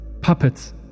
puppets